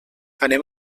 anem